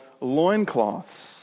loincloths